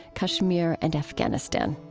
kashmir, and afghanistan